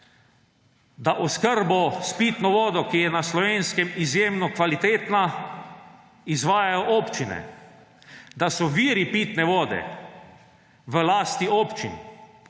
da oskrbo s pitno vodo, ki je na Slovenskem izjemno kvalitetna, izvajajo občine, da so viri pitne vode v lasti občin,